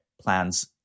plans